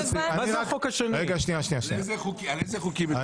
על איזה חוקים את מדברת?